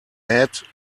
add